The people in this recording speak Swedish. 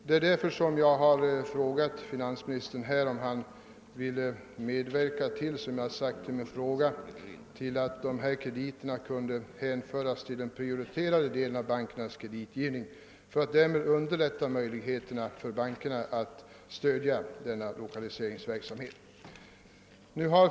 Det är därför som jag har frågat finansministern om han vill medverka till att dessa krediter får hänföras till den prioriterade delen av bankernas kreditgivning för att underlätta möjligheterna för bankerna att stödja lokaliseringsverksamheten.